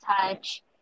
touch